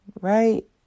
right